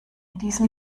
diesen